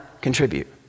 contribute